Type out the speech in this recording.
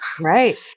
right